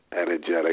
Energetic